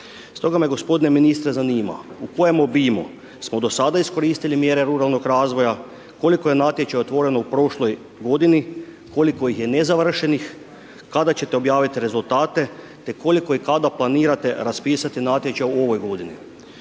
Stoga me g. ministre zanima, u kojem obimu, smo do sada iskoristili mjere ruralnog razvoja, koliko je natječaja otvoreno u prošloj godini, koliko ih je nezavršenih, kada ćete objaviti rezultate, te koliko i kada planirate raspisati natječaj o ovoj godini.